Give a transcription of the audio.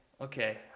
Okay